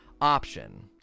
option